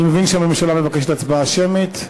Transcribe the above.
אני מבין שהממשלה מבקשת הצבעה שמית.